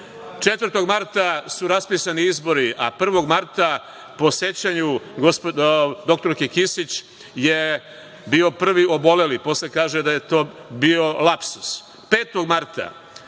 marta su raspisani izbori, a 1. marta, po sećanju dr Kisić, je bio prvi oboleli, a posle kaže da je to bio lapsus. Petog marta